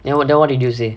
then then what did you say